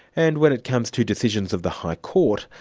and when it comes to decisions of the high court,